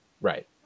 Right